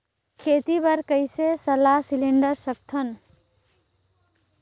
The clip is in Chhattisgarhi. खेती बर कइसे सलाह सिलेंडर सकथन?